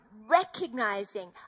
recognizing